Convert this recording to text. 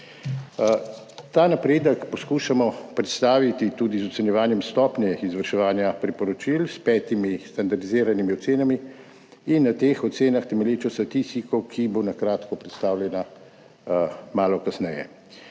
Ta napredek poskušamo predstaviti tudi z ocenjevanjem stopnje izvrševanja priporočil s petimi standardiziranimi ocenami in na teh ocenah temelječo statistiko, ki bo na kratko predstavljena malo kasneje.